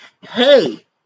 hey